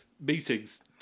meetings